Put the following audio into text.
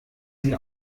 sie